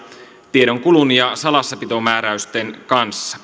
tiedonkulun ja salassapitomääräysten kanssa